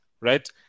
right